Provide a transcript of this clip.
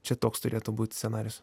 čia toks turėtų būti scenarijus